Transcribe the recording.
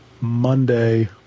Monday